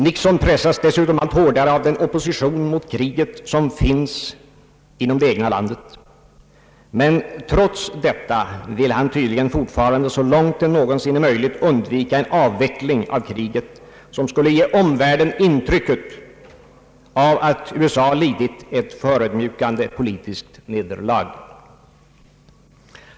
Nixon pressas dessutom allt hårdare av den opposition mot kriget som finns inom det egna landet, men trots detta vill han tydligen fortfarande så långt det någonsin är möjligt undvika en avveckling av kriget som skulle ge omvärlden intrycket att USA lidit ett förödmjukande politiskt nederlag.